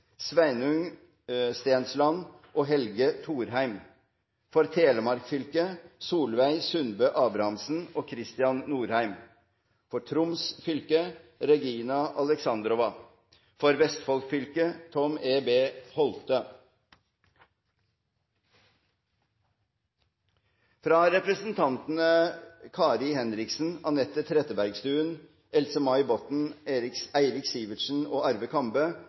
Sveinung Stensland og Helge Thorheim For Telemark fylke: Solveig Sundbø Abrahamsen og Kristian Norheim For Troms fylke: Regina Alexandrova For Vestfold fylke: Tom E. B. Holthe Fra representantene Kari Henriksen, Anette Trettebergstuen, Else-May Botten, Eirik Sivertsen og Arve Kambe